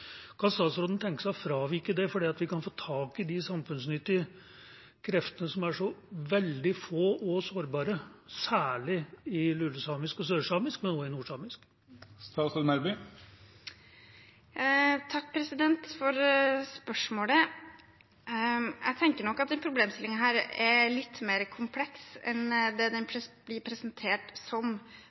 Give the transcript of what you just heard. Kan statsråden tenke seg å fravike det for at vi kan få tak i de samfunnsnyttige kreftene som er så veldig få og sårbare – særlig i lulesamisk og sørsamisk, men også i nordsamisk? Takk for spørsmålet. Jeg tenker nok at denne problemstillingen er litt mer kompleks enn det den blir presentert som.